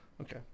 Okay